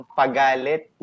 pagalit